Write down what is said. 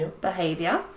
behavior